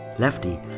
Lefty